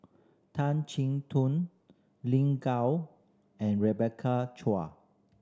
Tan Chin Tuan Lin Gao and Rebecca Chua